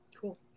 Cool